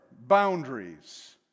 boundaries